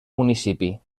municipi